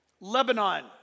Lebanon